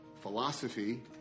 philosophy